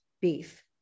beef